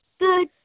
Good